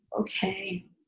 okay